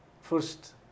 first